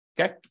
okay